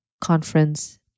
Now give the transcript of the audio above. conference